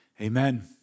amen